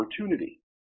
opportunity